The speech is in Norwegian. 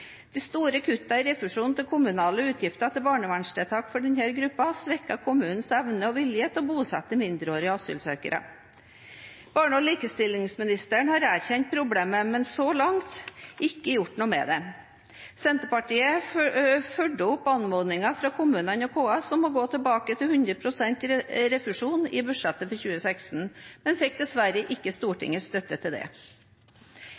De store kuttene i refusjonen av kommunenes utgifter til barnevernstiltak for denne gruppen har svekket kommunenes evne og vilje til å bosette mindreårige asylsøkere. Barne- og likestillingsministeren har erkjent problemet, men så langt ikke gjort noe med det. Senterpartiet fulgte opp anmodningen fra kommunene og KS om å gå tilbake til 100 pst. refusjon i budsjettet for 2016, men fikk dessverre ikke